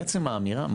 עצם האמירה,